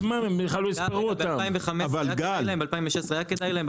ב-2015 היה כדאי להם, ב-2016 היה כדאי להם?